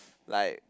like